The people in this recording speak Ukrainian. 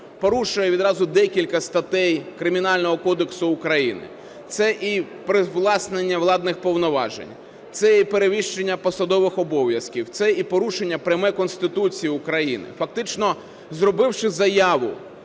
порушує відразу декілька статей Кримінального кодексу України. Це і привласнення владних повноважень, це і перевищення посадових обов'язків, це і порушення пряме Конституції України. Фактично зробивши заяву